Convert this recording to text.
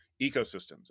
ecosystems